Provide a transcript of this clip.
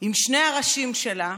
עם שני הראשים שלה,